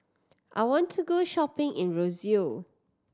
I want to go shopping in Roseau